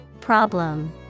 Problem